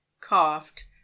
coughed